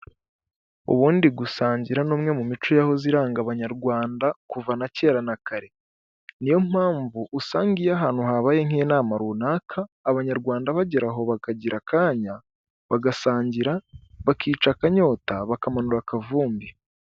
Ubundi gusangira n'umwe mu mico yahoze iranga abanyarwanda kuva na kera na kare, niyo mpamvu usanga iyo ahantu habaye nk'inama runaka abanyarwanda bagera aho bakagira akanya bagasangira bakica akanyota bakamanura akavumbi.